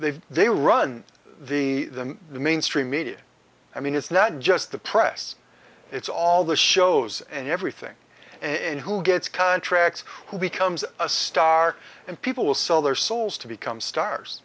they they've they run the mainstream media i mean it's not just the press it's all the shows and everything and who gets contracts who becomes a star and people will sell their souls to become stars